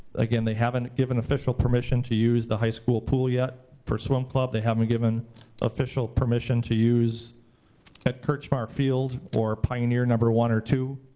again, they haven't given official permission to use the high school pool yet for swim club. they haven't given official permission to use ed krcmar field, or pioneer number one or two.